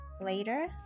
later